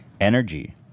energy